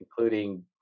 including